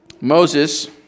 Moses